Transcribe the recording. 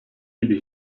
gibi